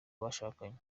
bashakanye